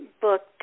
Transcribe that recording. booked